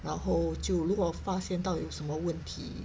然后就如果发现到有什么问题